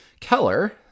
Keller